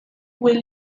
will